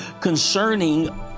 concerning